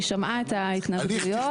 היא שמעה את ההתנגדויות.